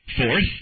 Fourth